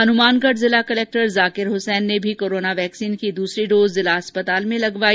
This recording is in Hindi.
हनुमानगढ़ जिला कलेक्टर जाकिर हुसैन ने भी कोरोना वैक्सीन की दूसरी डोज जिला अस्पताल में लगवाई